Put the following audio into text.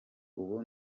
ubu